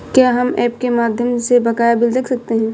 क्या हम ऐप के माध्यम से बकाया बिल देख सकते हैं?